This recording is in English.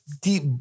deep